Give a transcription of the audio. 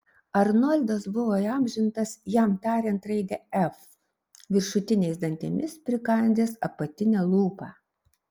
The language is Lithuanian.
arnoldas buvo įamžintas jam tariant raidę f viršutiniais dantimis prikandęs apatinę lūpą